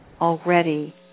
already